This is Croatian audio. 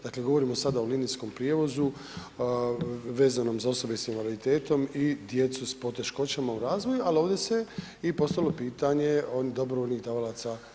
Dakle, govorimo sada o linijskom prijevozu vezanom za osobe s invaliditetom i djecu s poteškoćama u razvoju, ali ovdje se i postavilo pitanje dobrovoljnih davalaca krvi.